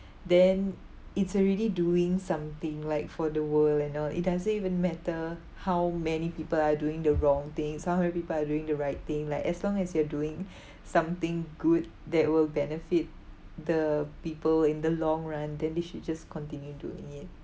then it's already doing something like for the world and all it doesn't even matter how many people are doing the wrong thing some other people are doing the right thing like as long as you're doing something good that will benefit the people in the long run then they should just continue doing it